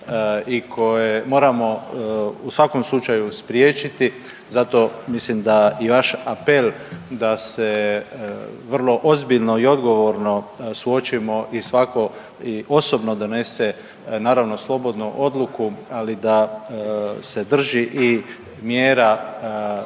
i koje moramo u svakom slučaju spriječiti. Zato mislim da i vaš apel da se vrlo ozbiljno i odgovorno suočimo i svako osobno donese naravno slobodno odluku, ali da se drži i mjera javnoga